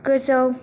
गोजौ